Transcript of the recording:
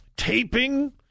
taping